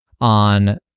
on